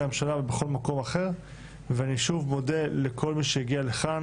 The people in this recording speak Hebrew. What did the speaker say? הממשלה ובכל מקום אחר ואני שוב מודה לכל מי שהגיע לכאן